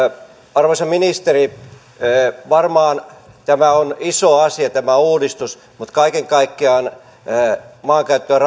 arvoisa ministeri varmaan tämä uudistus on iso asia mutta kaiken kaikkiaan maankäyttö ja